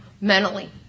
mentally